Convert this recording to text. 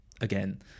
again